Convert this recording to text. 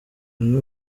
umwe